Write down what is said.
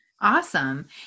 Awesome